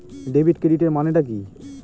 Debit ক্রেডিটের মানে টা কি?